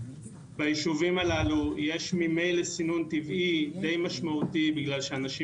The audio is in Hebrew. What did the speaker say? ביישובים הללו יש ממילא סינון טבעי די משמעותי בגלל שאנשים